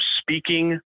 speaking